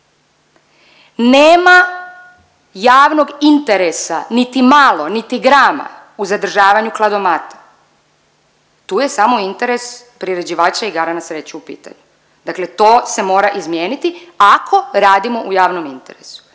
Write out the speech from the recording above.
Nema javnog interesa niti malo, niti grama u zadržavanju kladomata, tu je samo interes priređivača igara na sreću u pitanju, dakle to se mora izmijeniti ako radimo u javnom interesu.